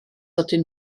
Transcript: ydyn